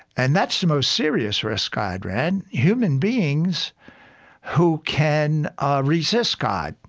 and that's the most serious risk god ran human beings who can resist god,